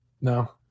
No